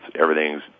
everything's